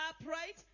upright